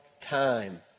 time